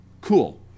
cool